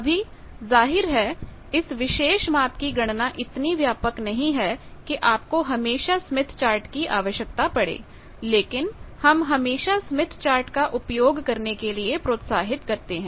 अभी जाहिर है इस विशेष माप की गणना इतनी व्यापक नहीं है कि आपको हमेशा स्मिथ चार्ट की आवश्यकता पढ़े लेकिन हम हमेशा स्मिथ चार्ट का उपयोग करने के लिए प्रोत्साहित करते हैं